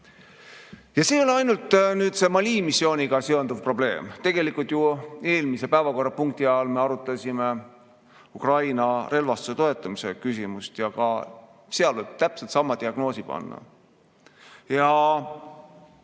See ei ole ainult Mali missiooniga seonduv probleem. Tegelikult ju eelmise päevakorrapunkti all me arutasime Ukraina relvastuse toetamise küsimust ja sellele võib täpselt sama diagnoosi panna.